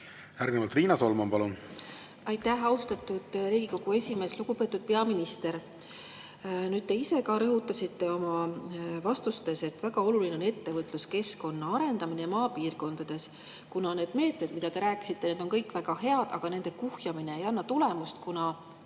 Järgnevalt Riina Solman, palun! Aitäh, austatud Riigikogu esimees! Lugupeetud peaminister! Te ise ka rõhutasite oma vastustes, et väga oluline on ettevõtluskeskkonna arendamine maapiirkondades. Need meetmed, millest te rääkisite, on kõik väga head, aga nende kuhjamine ei anna tulemust, kuna